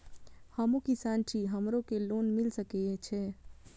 हमू किसान छी हमरो के लोन मिल सके छे?